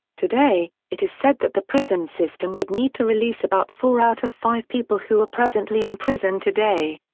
today, it is said that the prison system would need to release about four out of five people who are presently in prison today.